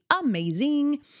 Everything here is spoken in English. amazing